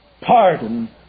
pardon